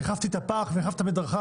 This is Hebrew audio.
שהחלפתי פח והחלפתי מדרכה?